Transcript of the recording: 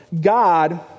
God